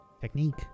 Technique